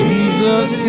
Jesus